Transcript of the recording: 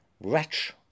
Wretch